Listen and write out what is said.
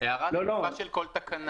מעירים לגופה של כל תקנה.